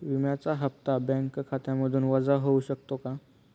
विम्याचा हप्ता बँक खात्यामधून वजा होऊ शकतो का?